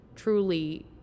truly